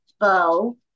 bow